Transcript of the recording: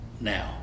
Now